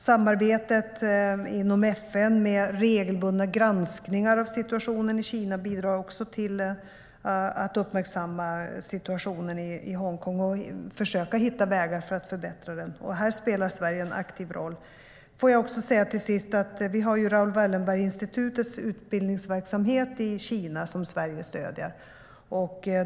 Samarbetet inom FN, med regelbundna granskningar av situationen i Kina, bidrar också till att uppmärksamma situationen i Hongkong och försöka hitta vägar för att förbättra den. Här spelar Sverige en aktiv roll. Till sist vill jag säga att vi har Raoul Wallenberg-institutets utbildningsverksamhet i Kina, som Sverige stöder.